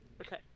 Okay